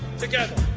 together.